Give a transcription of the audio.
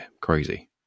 crazy